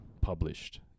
published